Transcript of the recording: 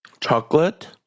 chocolate